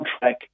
track